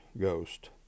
Ghost